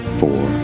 four